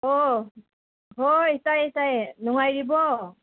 ꯑꯣ ꯍꯣꯏ ꯇꯥꯏꯌꯦ ꯇꯥꯏꯌꯦ ꯅꯨꯡꯉꯥꯏꯔꯤꯕꯣ